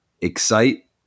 excite